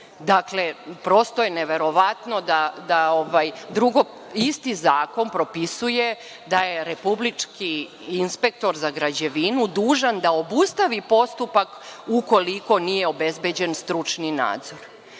Dakle, prosto je neverovatno. Drugo, isti zakon propisuje da je republički inspektor za građevinu dužan da obustavi postupak ukoliko nije obezbeđen stručni nadzor.